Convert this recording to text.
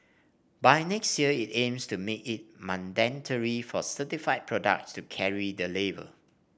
by next year it aims to make it mandatory for certified products to carry the label